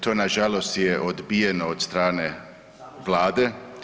To na žalost je odbijeno od strane Vlade.